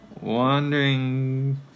Wandering